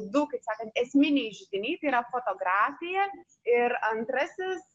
du kaip sakant esminiai židiniai tai yra fotografija ir antrasis